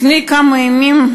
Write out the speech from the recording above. לפני כמה ימים,